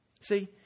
See